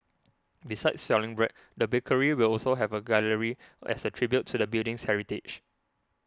besides selling bread the bakery will also have a gallery as a tribute to the building's heritage